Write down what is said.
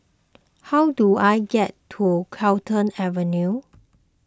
how do I get to Carlton Avenue